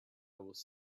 was